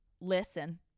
listen